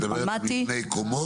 את מדברת על מבני קומות?